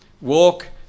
walk